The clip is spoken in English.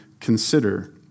consider